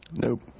Nope